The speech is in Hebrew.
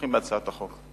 תומכים בהצעת החוק.